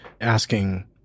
asking